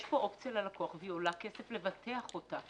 יש פה אופציה ללקוח והיא עולה כסף לבטח אותה.